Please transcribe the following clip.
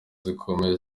zikomeye